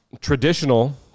traditional